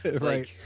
right